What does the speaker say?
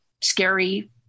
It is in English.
scary